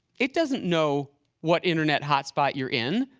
it doesn't know what internet hotspot you're in.